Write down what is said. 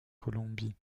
colombie